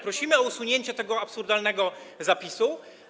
Prosimy o usunięcie tego absurdalnego zapisu.